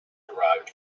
derived